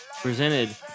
presented